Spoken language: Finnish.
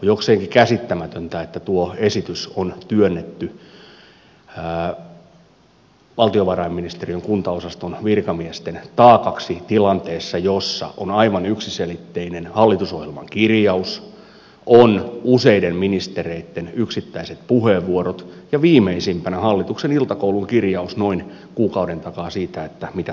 on jokseenkin käsittämätöntä että tuo esitys on työnnetty valtiovarainministeriön kuntaosaston virkamiesten taakaksi tilanteessa jossa on aivan yksiselitteinen hallitusohjelman kirjaus on useiden ministereitten yksittäiset puheenvuorot ja viimeisimpänä hallituksen iltakoulun kirjaus noin kuukauden takaa siitä mitä tuleman pitää